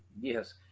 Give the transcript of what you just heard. Yes